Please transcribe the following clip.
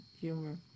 humor